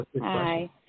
Hi